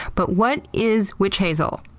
but what is witch hazel?